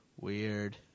Weird